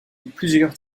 plusieurs